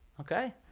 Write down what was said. Okay